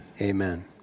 amen